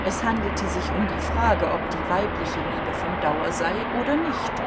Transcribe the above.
es handelte sich um die frage ob die weibliche liebe von dauer sei oder nicht